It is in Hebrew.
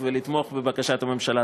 ולתמוך בבקשת הממשלה.